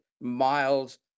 miles